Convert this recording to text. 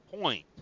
point